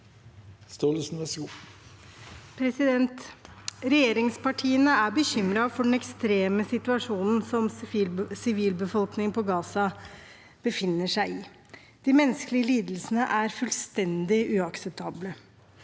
Regjerings- partiene er bekymret for den ekstreme situasjonen som sivilbefolkningen på Gaza befinner seg i. De menneskelige lidelsene er fullstendig uakseptable.